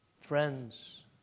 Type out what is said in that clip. friends